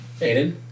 aiden